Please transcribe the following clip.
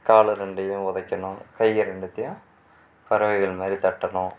கால் ரெண்டையும் உதைக்கணும் கைகள் ரெண்டுத்தையும் பறவைகள் மாதிரி தட்டணும்